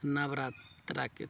नवरात्रा के त्यौहार